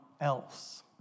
else